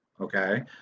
okay